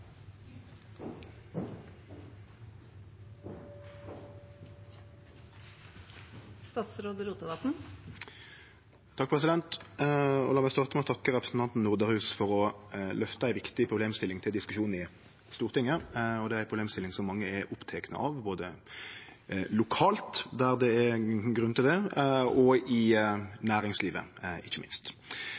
La meg starte med å takke representanten Norderhus for å løfte ei viktig problemstilling til diskusjon i Stortinget. Det er ei problemstilling som mange er opptekne av, både lokalt, der det er grunn til det, og ikkje minst i næringslivet.